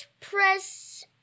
press